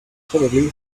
probably